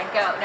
go